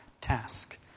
task